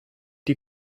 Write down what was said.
die